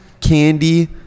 candy